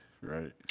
right